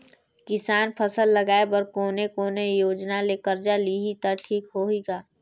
किसान फसल लगाय बर कोने कोने योजना ले कर्जा लिही त ठीक होही ग?